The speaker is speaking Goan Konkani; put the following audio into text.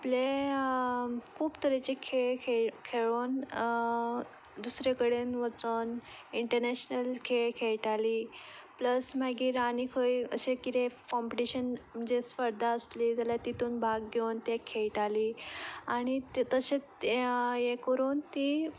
आपले खूब तरेचे खेळ खेळून दुसरे कडेन वचून इंटरनॅशनल खेळ खेळटाली प्लस मागीर आनी खंय कितेंय अशें कोम्पिंटीशन म्हणजे स्पर्धा आसली जाल्यार तितून भाग घेवन तीं खेळटाली आनी ते तशेंच हें करून तीं